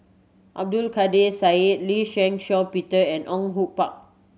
Abdul Kadir Syed Lee Shih Shiong Peter and Au Hue Pak